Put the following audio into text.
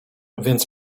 więc